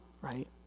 right